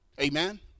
amen